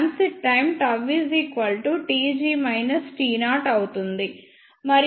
transit time τ tg t0అవుతుంది